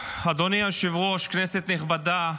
אדוני היושב-ראש, כנסת נכבדה,